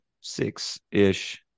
six-ish